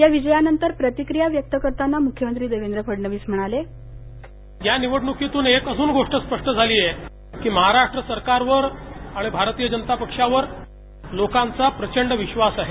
या विजयानंतर प्रतिक्रिया व्यक्त करताना मुख्यमंत्री देवेंद्र फडणवीस म्हणाले या निवडणुकीतून आणखी एक गोष्ट स्पष्ट झालीय की महाराष्ट्र सरकारवर आणि भारतीय जनता पक्षावर लोकांचा प्रचंड विश्वास आहे